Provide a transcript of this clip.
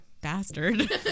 bastard